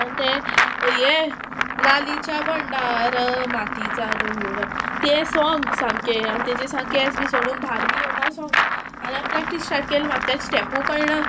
आनी तें ये लालीच्या भंडार मातीचा डोंगूर तें सोंग सामके आनी तेजे सामके एस बी सोडून भार बी येवपा सोंग आनी हांव प्रॅक्टीस स्टार्ट केलें म्हाका त्या स्टेपू कळना